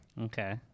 Okay